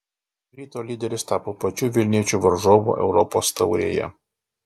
ryto lyderis tapo pačių vilniečių varžovu europos taurėje